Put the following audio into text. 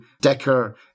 Decker